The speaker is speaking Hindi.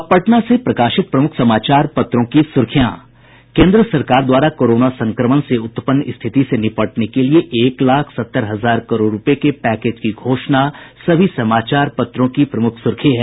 अब पटना से प्रकाशित प्रमुख समाचार पत्रों की सुर्खियां केंद्र सरकार द्वारा कोरोना संक्रमण से उत्पन्न स्थिति से निपटने के लिये एक लाख सत्तर हजार करोड़ रूपये के पैकेज की घोषणा सभी समाचार पत्रों की प्रमुख सुर्खी है